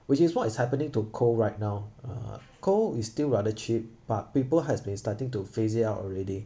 which is what is happening to coal right now uh coal is still rather cheap but people has been starting to phase it out already